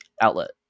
outlet